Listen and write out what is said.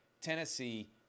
Tennessee